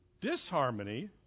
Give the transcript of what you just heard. Disharmony